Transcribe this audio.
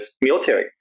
military